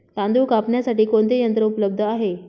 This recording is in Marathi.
तांदूळ कापण्यासाठी कोणते यंत्र उपलब्ध आहे?